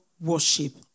worship